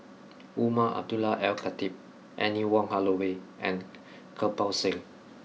Umar Abdullah Al Khatib Anne Wong Holloway and Kirpal Singh